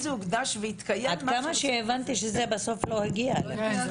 עד כמה שהבנתי זה בסוף לא הגיע אליכם.